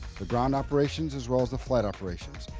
the ground operations as well as the flight operations.